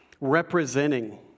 representing